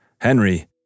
Henry